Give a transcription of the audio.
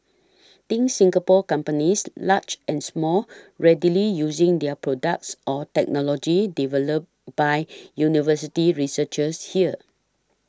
think Singapore companies large and small readily using their products or technology developed by university researchers here